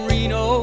Reno